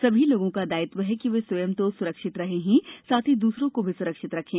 सभी लोगों का दायित्व है कि वे स्वयं तो सुरक्षित रहे ही साथ ही दूसरों को भी सुरक्षित रखें